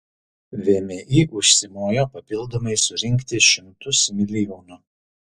vmi užsimojo papildomai surinkti šimtus milijonų